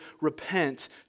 repent